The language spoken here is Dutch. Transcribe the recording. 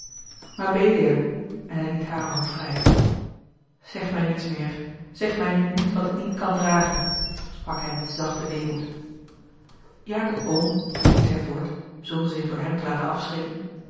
mabelia en hij liet hare hand vrij zeg mij niets meer zeg mij nu niet wat ik niet kan dragen sprak hij met zachten weemoed jacob oom ging zij voort zonder zich door hem te laten afschrikken